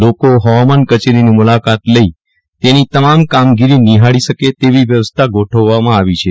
લોકો હવામાન કચેરીની મુલાકાત લઈ તેની તમામ કામગીરી નિહાળી શકે તવી વ્યવસ્થા ગોઠવવામાં આવી છે